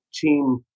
team